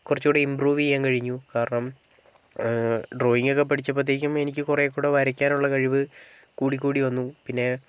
കുറച്ചുകൂടി ഇൻപ്രൂവ് ചെയ്യാൻ കഴിഞ്ഞു കാരണം ഡ്രോയിങ്ങ് ഒക്കെ പഠിച്ചപ്പോഴത്തേക്കും എനിക്ക് കുറേക്കൂടി വരയ്ക്കാൻ ഉള്ള കഴിവ് കൂടി കൂടി വന്നു പിന്നെ